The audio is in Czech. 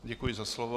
Děkuji za slovo.